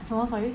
什么 sorry